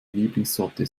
lieblingssorte